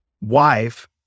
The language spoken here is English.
wife